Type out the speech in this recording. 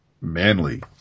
manly